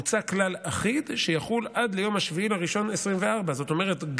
מוצע כלל אחיד שיחול עד ליום 7 בינואר 2024. זאת אומרת,